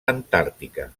antàrtica